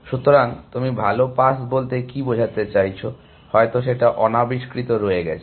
সুতরাং তুমি ভাল পাস বলতে কি বোঝাতে চাইছো হয়তো সেটা অনাবিষ্কৃত রয়ে গেছে